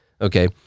Okay